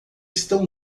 estão